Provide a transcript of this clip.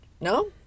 No